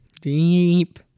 deep